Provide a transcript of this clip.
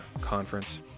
conference